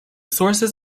sources